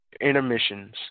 intermissions